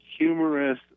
humorous